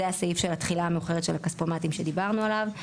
זה הסעיף של התחילה המאוחרת של הכספומטים שדיברנו עליו.